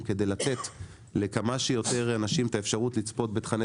כדי לתת לכמה שיותר אנשים את האפשרות לצפות בתכני